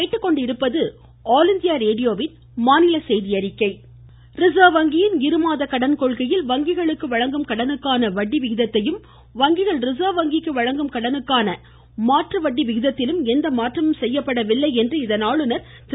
மமமமமம reserve வங்கி reserve வங்கியின் இருமாத கடன் கொள்கையில் வங்கிகளுக்கு வழங்கும் கடனுக்கான வட்டி விகிதத்தையும் வங்கிகள் ரிஸ்ர்வ் வங்கிக்கு வழங்கும் கடனுக்கான மாற்று வட்டி விகிதத்திலும் எந்த மாற்றமும் செய்யப்படவில்லை என்று இதன் ஆளுநர் திரு